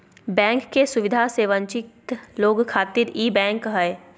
bank के सुविधा से वंचित लोग खातिर ई बैंक हय